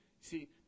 See